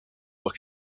were